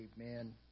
Amen